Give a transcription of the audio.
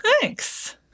Thanks